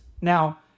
Now